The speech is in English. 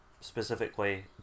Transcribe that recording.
specifically